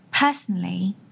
Personally